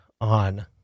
on